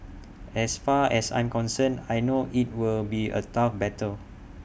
as far as I'm concerned I know IT will be A tough battle